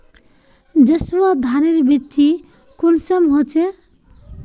जसवा धानेर बिच्ची कुंसम होचए?